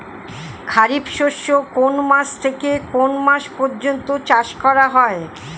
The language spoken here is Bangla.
খারিফ শস্য কোন মাস থেকে কোন মাস পর্যন্ত চাষ করা হয়?